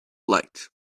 light